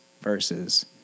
verses